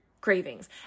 cravings